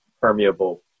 permeable